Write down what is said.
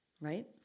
right